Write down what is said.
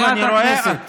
מתחת לאחוז החסימה הגיע.